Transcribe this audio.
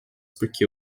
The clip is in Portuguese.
porque